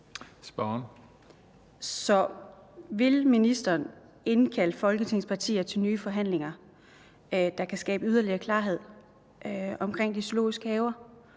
Så vil ministeren indkalde Folketings partier til nye forhandlinger, der kan skabe yderligere klarhed omkring de zoologiske haver